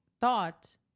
thought